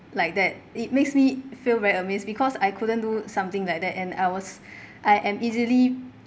like that it makes me feel very amazed because I couldn't do something like that and I was I am easily